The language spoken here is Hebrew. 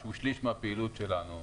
שהוא שליש מהפעילות שלנו,